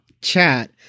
Chat